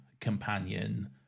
companion